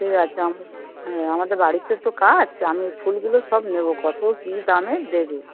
ঠিক আছে আমাদের বাড়িতে তো কাজ আমি ফুলগুলো সব নেবো কতো কী দামে দেব